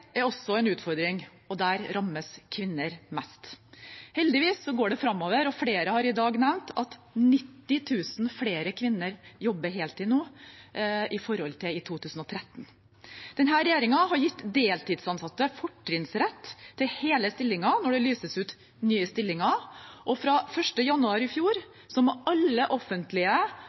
er også en utfordring, og der rammes kvinner mest. Heldigvis går det framover, og flere har i dag nevnt at 90 000 flere kvinner jobber heltid nå i forhold til i 2013. Denne regjeringen har gitt deltidsansatte fortrinnsrett til hele stillinger når det lyses ut nye stillinger, og fra 1. januar i fjor må alle offentlige